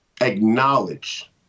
acknowledge